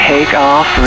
Takeoff